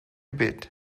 bit